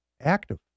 active